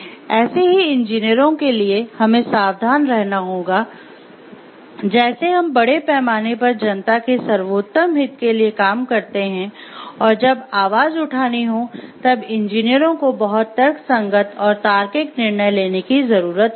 ऐसे ही इंजीनियरों के लिए हमें सावधान रहना होगा जैसे हम बड़े पैमाने पर जनता के सर्वोत्तम हित के लिए काम करते हैं और जब आवाज उठानी हो तब इंजीनियरों को बहुत तर्कसंगत और तार्किक निर्णय लेने की जरूरत होती है